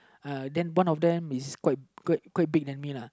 uh then one of them is quite quite quite big than me lah